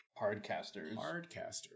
Hardcasters